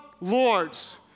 lords